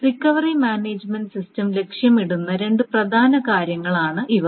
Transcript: recovery management system ലക്ഷ്യമിടുന്ന രണ്ട് പ്രധാന കാര്യങ്ങളാണ് ഇവ